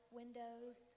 windows